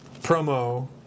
promo